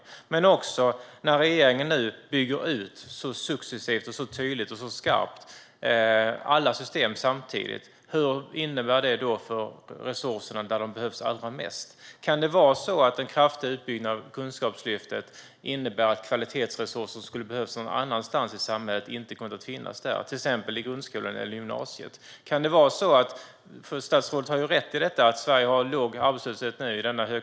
Jag funderar också över vad det innebär för resurserna där de behövs allra mest när regeringen nu successivt, tydligt och skarpt bygger ut alla system samtidigt. Kan det vara så att den kraftiga utbyggnaden av Kunskapslyftet innebär att kvalitetsresurser som skulle ha behövts någon annanstans i samhället inte kommer att finnas där, till exempel i grundskolan eller gymnasiet? Statsrådet har rätt i att Sverige har låg arbetslöshet nu i högkonjunktur.